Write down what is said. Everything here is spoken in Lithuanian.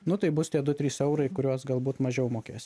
nu tai bus tie du trys eurai kuriuos galbūt mažiau mokės